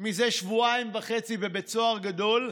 זה שבועיים וחצי בבית סוהר גדול,